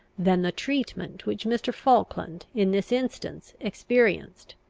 than the treatment which mr. falkland in this instance experienced.